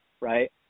right